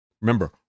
Remember